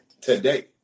today